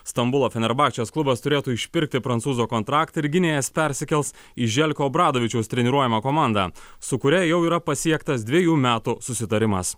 stambulo fenerbakčės klubas turėtų išpirkti prancūzo kontraktą ir gynėjas persikels į želko obradovičiaus treniruojamą komandą su kuria jau yra pasiektas dvejų metų susitarimas